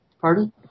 Pardon